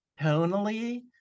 tonally